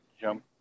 Jump